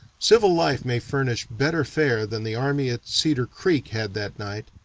civil life may furnish better fare than the army at cedar creek had that night,